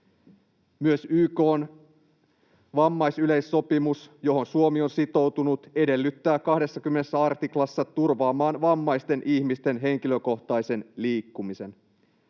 Myös YK:n vammaisyleissopimus, johon Suomi on sitoutunut, edellyttää 20 artiklassa turvaamaan vammaisten ihmisten henkilökohtaisen liikkumisen.